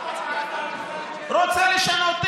רוצה לשנות,